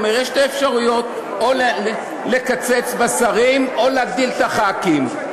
יש שתי אפשרויות: או לקצץ במספר השרים או להגדיל את מספר הח"כים.